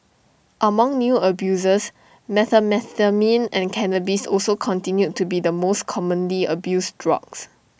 among new abusers methamphetamine and cannabis also continued to be the most commonly abused drugs